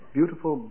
Beautiful